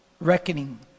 reckoning